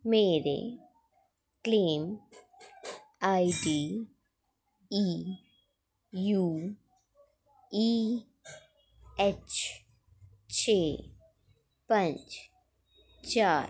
मेरे claim I D E U E H छे पंज चार